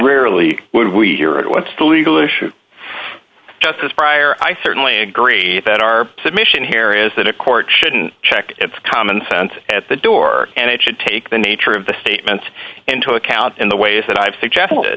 rarely when we hear it what's the legal issue of justice prior i certainly agree that our submission here is that a court shouldn't check its common sense at the door and it should take the nature of the statement into account in the ways that i have suggested